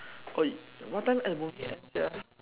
oh y~ what time the movie end sia